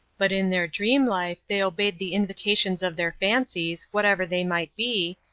but in their dream life they obeyed the invitations of their fancies, whatever they might be,